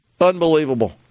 Unbelievable